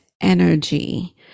energy